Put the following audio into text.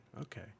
Okay